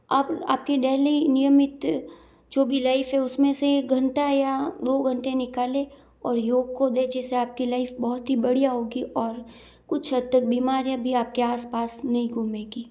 आप आपकी डेली नियमित जो भी लाइफ है उसमें से एक घंटा या दो घंटे निकाले और योग को दें जिससे आपकी लाइफ बहुत ही बढ़िया होगी और कुछ हद तक बीमारियाँ भी आपके आस पास नहीं घूमेगी